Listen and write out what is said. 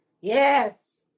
yes